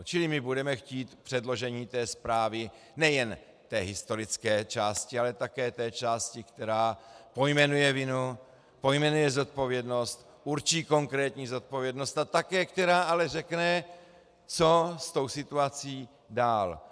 Čili my budeme chtít předložení té zprávy, nejen té historické části, ale také té části, která pojmenuje vinu, pojmenuje zodpovědnost, určí konkrétní zodpovědnost a také která ale řekne, co s tou situací dál.